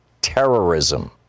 terrorism